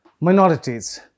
minorities